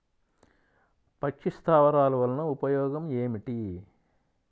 పక్షి స్థావరాలు వలన ఉపయోగం ఏమిటి?